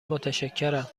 متشکرم